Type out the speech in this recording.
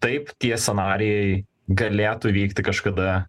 taip tie scenarijai galėtų vykti kažkada